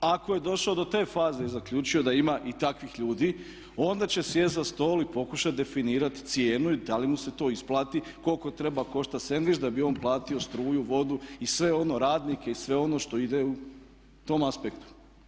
Ako je došao do te faze i zaključio da ima i takvih ljudi onda će sjesti za stol i pokušati definirati cijenu i da li mu se to isplati, koliko treba koštati sendvič da bi on platio struju, vodu i sve ono, radnike i sve ono što ide u tom aspektu.